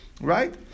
right